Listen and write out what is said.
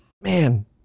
Man